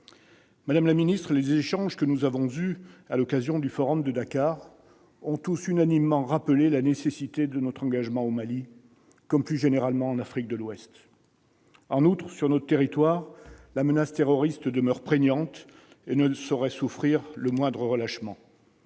Madame la ministre, les échanges que nous avons eus à l'occasion du Forum de Dakar ont tous sans exception rappelé la nécessité de notre engagement au Mali, comme, plus généralement, en Afrique de l'Ouest. En outre, sur notre territoire, la menace terroriste demeure prégnante et ne saurait souffrir le moindre relâchement.